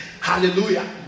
hallelujah